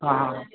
हां हां